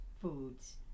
foods